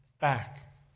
back